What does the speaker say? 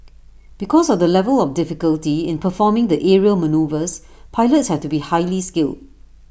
because of the level of difficulty in performing the aerial manoeuvres pilots have to be highly skilled